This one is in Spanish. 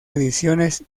ediciones